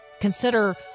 Consider